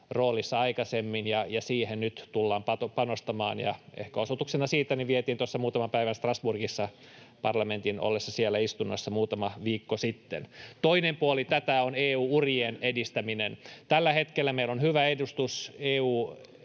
roolissa aikaisemmin, ja siihen tullaan nyt panostamaan, ja ehkä osoituksena siitä vietin tuossa muutaman päivän Strasbourgissa parlamentin ollessa siellä istunnossa muutama viikko sitten. Toinen puoli tätä on EU-urien edistäminen. Tällä hetkellä meillä on hyvä edustus EU-